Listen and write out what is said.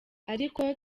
ariko